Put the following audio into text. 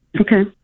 Okay